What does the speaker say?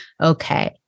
okay